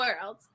world